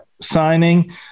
signing